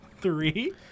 Three